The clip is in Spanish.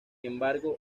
embargo